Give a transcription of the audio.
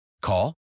Call